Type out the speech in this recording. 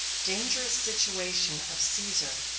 dangerous situation of caesar